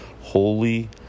Holy